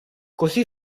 così